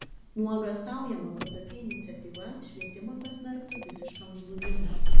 nuogąstaujama kad tokia iniciatyva švietimą pasmerktų visiškam žlugimui